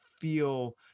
feel